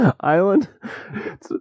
island